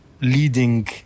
leading